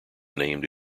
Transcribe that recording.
named